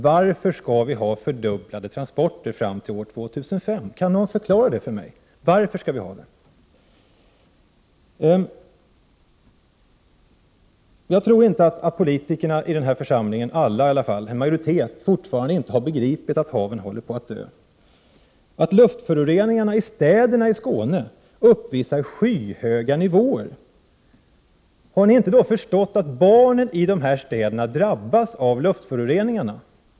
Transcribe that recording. Varför skall transporterna fördubblas fram till år 2005? Kan någon förklara det för mig? Varför skall vi ha det så? Jag tror att en majoritet av politikerna i den här församlingen fortfarande inte har begripit att haven håller på att dö, att luftföroreningarna i städerna i Skåne uppvisar skyhöga nivåer. Har ni inte förstått att barnen i de här städerna drabbas av luftföroreningarna?